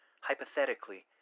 hypothetically